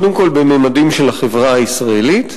קודם כול בממדים של החברה הישראלית,